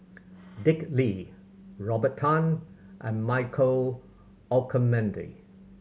Dick Lee Robert Tan and Michael Olcomendy